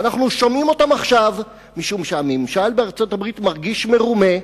ואנחנו שומעים אותן עכשיו מפני שהממשל בארצות-הברית מרגיש מרומה,